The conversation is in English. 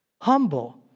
Humble